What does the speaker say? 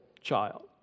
child